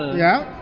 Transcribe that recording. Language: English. yeah.